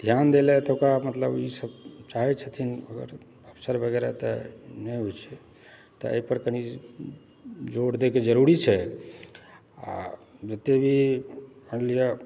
ध्यान देल जाइ तऽ मतलब ई सब चाहै छथिन अगर अफसर वगैरह तऽ नहि आबै छै तऽ एहिपर कनी जोर देबाक जरुरी छै आओर जतेक भी मानि लिअ